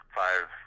five